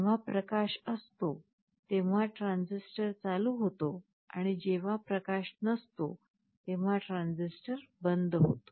जेव्हा प्रकाश असतो तेव्हा ट्रान्झिस्टर चालू होतो आणि जेव्हा प्रकाश नसतो तेव्हा ट्रान्झिस्टर बंद होतो